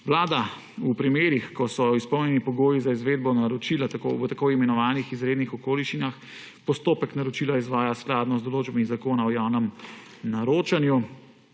Vlada v primerih, ko so izpolnjeni pogoji za izvedbo naročila v tako imenovanih izrednih okoliščinah, postopek naročila izvaja skladno z določbami Zakona o javnem naročanju,